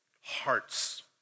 hearts